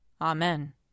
Amen